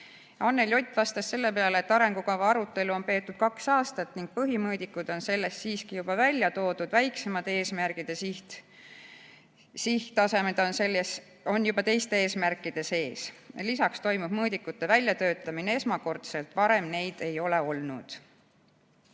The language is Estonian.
Anneli Ott vastas selle peale, et arengukava arutelu on peetud kaks aastat ning põhimõõdikud on selles siiski juba välja toodud. Väiksemad eesmärgid ja sihttasemed on teiste eesmärkide sees. Lisaks toimub mõõdikute väljatöötamine esmakordselt, varem neid ei ole olnud.